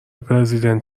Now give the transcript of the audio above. پرزیدنت